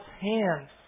hands